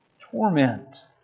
Torment